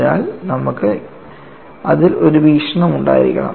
അതിനാൽ നമുക്ക് അതിൽ ഒരു വീക്ഷണം ഉണ്ടായിരിക്കണം